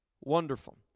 Wonderful